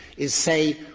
is say,